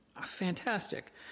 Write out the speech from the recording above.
Fantastic